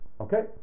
Okay